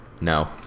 No